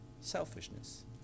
selfishness